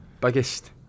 Biggest